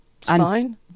Fine